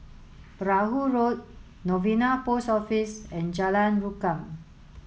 Perahu Road Novena Post Office and Jalan Rukam